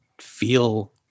feel